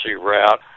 route